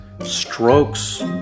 strokes